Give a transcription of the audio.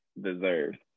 deserves